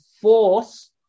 force